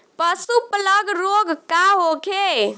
पशु प्लग रोग का होखे?